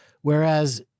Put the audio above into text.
whereas